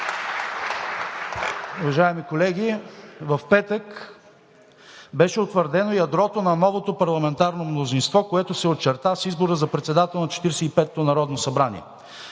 Уважаеми колеги! В петък беше утвърдено ядрото на новото парламентарно мнозинство, което се очерта с избора за председател на 45-ото народно събрание.